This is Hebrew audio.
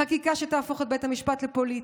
חקיקה שתהפוך את בית המשפט לפוליטי,